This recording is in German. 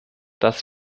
dass